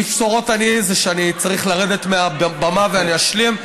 איש בשורות אני, שצריך לרדת מהבמה, ואני אשלים.